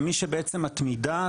למי שבעצם מתמידה,